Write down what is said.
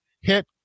hit